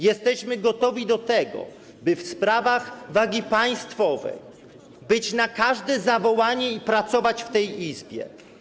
Jesteśmy gotowi do tego, by w sprawach wagi państwowej być na każde zawołanie i pracować w tej Izbie.